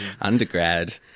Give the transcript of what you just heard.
undergrad